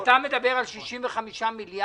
אתה מדבר על 65 מיליארד